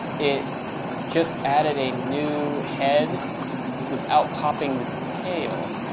it just added a new head without popping the tail.